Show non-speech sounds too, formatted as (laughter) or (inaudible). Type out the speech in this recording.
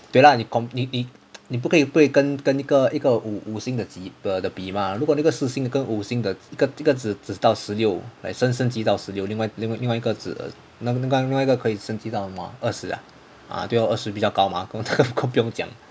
别让你 complete (noise) 你不可以不可以跟跟跟一个一个一个五五星的级的比 mah ah 如果那个四星的跟那个五星的一个这个这个只到十六 like 升升级到十六另外另外一个只那个那个另外另外一个可以升级到什么 ah 二十 ah 二十比较高嘛不用讲